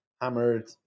hammered